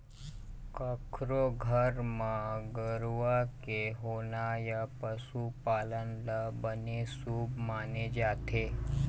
कखरो घर म गरूवा के होना या पशु पालन ल बने शुभ माने जाथे